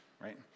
right